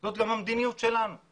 זו גם המדיניות של משרד הפנים.